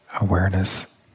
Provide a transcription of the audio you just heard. Awareness